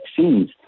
vaccines